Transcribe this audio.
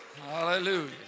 Hallelujah